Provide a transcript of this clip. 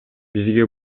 бизге